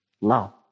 love